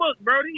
brody